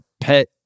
pet